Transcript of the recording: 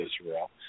Israel